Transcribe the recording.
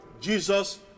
Jesus